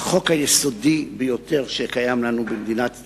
שהוא החוק היסודי ביותר שיש לנו במדינת ישראל,